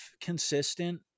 consistent